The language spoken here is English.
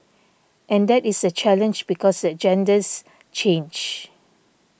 and that is the challenge because the agendas change